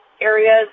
areas